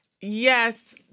yes